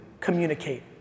communicate